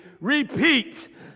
repeat